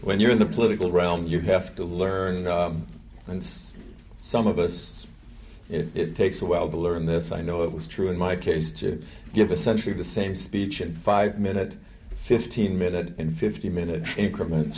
when you're in the political realm you have to learn and some of us it takes a while to learn this i know it was true in my case to give a century the same speech in five minute fifteen minute and fifteen minute increment